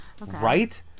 Right